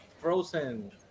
frozen